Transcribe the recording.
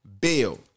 bill